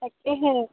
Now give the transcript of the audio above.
তাকেহে